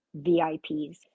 VIPs